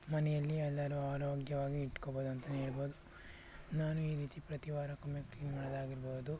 ಮನೆಯಲ್ಲಿ ಎಲ್ಲರೂ ಆರೋಗ್ಯವಾಗಿ ಇಟ್ಕೊಳ್ಬೋದು ಅಂತಲೇ ಹೇಳ್ಬೋದು ನಾನು ಈ ರೀತಿ ಪ್ರತಿವಾರಕ್ಕೊಮ್ಮೆ ಕ್ಲೀನ್ ಮಾಡೋದಾಗಿರ್ಬೋದು